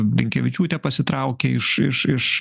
blinkevičiūtė pasitraukė iš iš iš